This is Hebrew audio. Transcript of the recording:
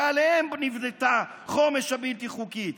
שעליהן נבנתה חומש הבלתי-חוקית.